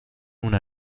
una